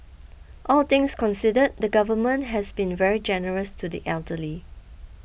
all things considered the government has been very generous to the elderly